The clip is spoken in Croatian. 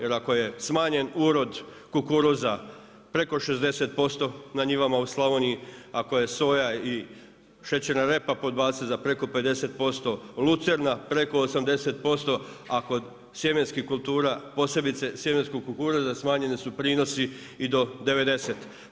Jer ako je smanjen urod kukuruza preko 60% na njivama u Slavoniji, ako je soja i šećerna repa podbacila za preko 50%, lucerna preko 80%, a kod sjemenskih kultura posebice sjemenskog kukuruza smanjeni su prinosi i do 90%